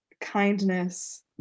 kindness